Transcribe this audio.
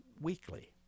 weekly